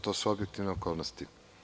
To su objektivne okolnosti.